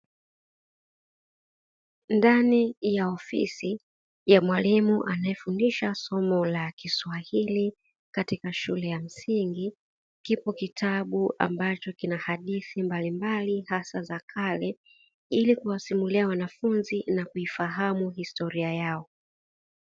Ndani ya ofisi ya mwalimu anayefundisha somo la kiswahili katika shule ya msingi, kipo kitabu ambacho kina hadithi mbalimbali hasa za kale, ili kuwasimulia wanafunzi na kuifahamu historia yao.